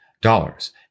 dollars